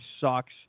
sucks